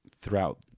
throughout